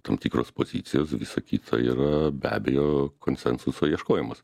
tam tikros pozicijos visa kita yra be abejo konsensuso ieškojimas